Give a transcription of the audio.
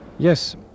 Yes